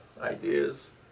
ideas